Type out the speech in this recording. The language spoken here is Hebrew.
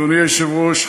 אדוני היושב-ראש,